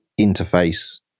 interface